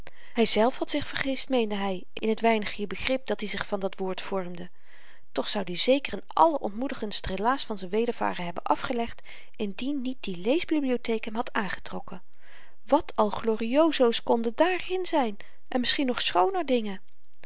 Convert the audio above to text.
hy zelf had zich vergist meende hy in t weinigje begrip dat-i zich van dat woord vormde toch zoud i zeker n allerontmoedigendst relaas van z'n wedervaren hebben afgelegd indien niet die leesbibliotheek hem had aangetrokken wat al gloriosoos konden daarin zyn en misschien nog schooner dingen